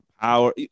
Power